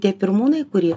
tie pirmūnai kurie